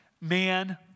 man